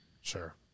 Sure